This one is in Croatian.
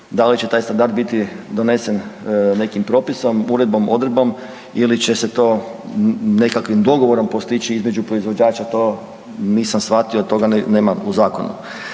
da li će taj standard biti donesen nekim propisom, uredbom, odredbom ili će se to nekakvim dogovorom postići između proizvođača to nisam shvatio, toga nema u zakonu.